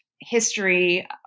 history